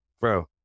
Bro